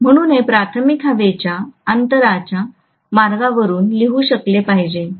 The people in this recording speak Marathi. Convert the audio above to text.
म्हणून हे प्राथमिक हवेच्या अंतराच्या मार्गावर लिहू शकले पाहिजे